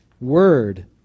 word